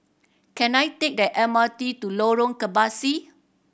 can I take the M R T to Lorong Kebasi